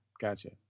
Gotcha